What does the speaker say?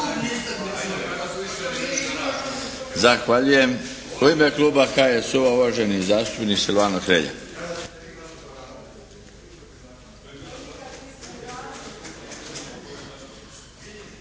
Zahvaljujem. U ime kluba HSU-a uvaženi zastupnik Silvano Hrelja.